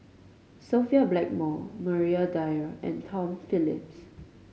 Sophia Blackmore Maria Dyer and Tom Phillips